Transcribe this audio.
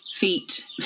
feet